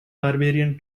barbarian